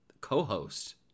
co-host